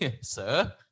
Sir